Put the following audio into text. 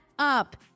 up